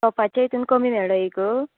तोपाच्या इतून कमी मेळो एक